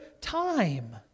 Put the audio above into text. time